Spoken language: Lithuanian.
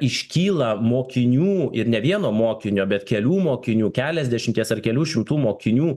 iškyla mokinių ir ne vieno mokinio bet kelių mokinių keliasdešimties ar kelių šimtų mokinių